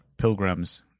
pilgrims